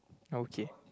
okay